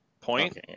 point